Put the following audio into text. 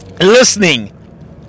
listening